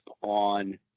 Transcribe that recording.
on